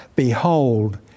Behold